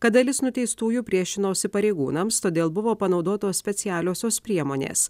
kad dalis nuteistųjų priešinosi pareigūnams todėl buvo panaudotos specialiosios priemonės